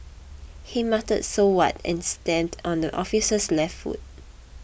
he muttered so what and stamped on the officer's left foot